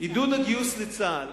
עידוד הגיוס לצה"ל.